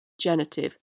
genitive